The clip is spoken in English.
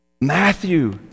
Matthew